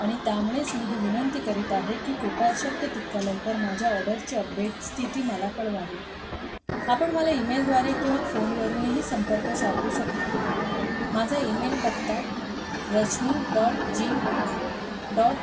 आणि त्यामुळेच मी ही विनंती करीत आहे की कृपया शक्य तितक्या लवकर माझ्या ऑर्डरची अपडेट स्थिती मला कळवावी आपण मला ईमेलद्वारे किंवा फोनवरूनही संपर्क साधू शकता माझा ईमेल पत्ता रश्मी डॉट जी डॉट